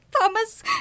Thomas